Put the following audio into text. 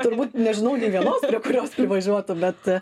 turbūt nežinau nei vienos kuriosprivažiuotų bet